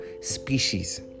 species